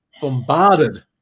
bombarded